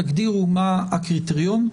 תגדירו מה הקריטריון.